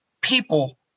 People